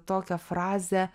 tokią frazę